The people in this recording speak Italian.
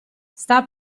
sta